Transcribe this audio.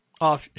off